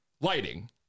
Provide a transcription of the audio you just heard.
lighting